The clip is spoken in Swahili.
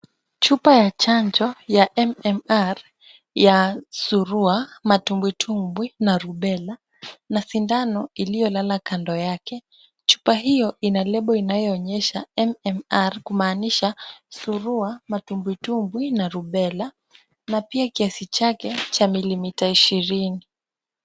Chupa ya chanjo ya MMR ya surua, matumbwitumbwi na rubella na sindano iliyolala kando yake. Chupa hiyo ina lebo inayoonyesha MMR kumaanisha surua, matumbwitumbwi na rubella na pia kiasi chake cha milimita ishirini.